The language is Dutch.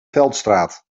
veldstraat